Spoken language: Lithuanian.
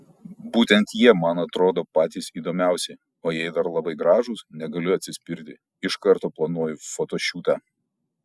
būtent jie man atrodo patys įdomiausi o jei dar labai gražūs negaliu atsispirti iš karto planuoju fotošiūtą